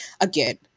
again